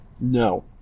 No